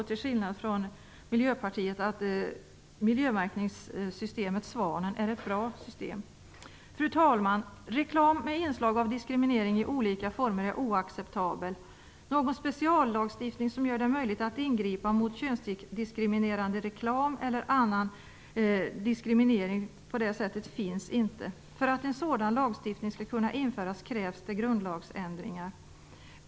Till skillnad från Miljöpartiet tycker jag att miljömärkningssystemet med svanen är ett bra system. Fru talman! Reklam med inslag av diskriminering i olika former är oacceptabel. Någon speciallagstiftning som gör det möjligt att ingripa mot könsdiskriminerande eller annan diskriminerande reklam finns inte. För att en sådan lagstiftning skall kunna införas krävs det grundlagsändringar.